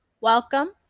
Welcome